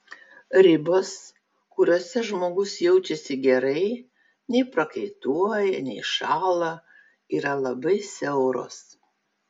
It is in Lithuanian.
ribos kuriose žmogus jaučiasi gerai nei prakaituoja nei šąla yra labai siauros